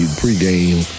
pregame